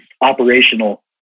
operational